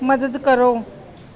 ਮਦਦ ਕਰੋ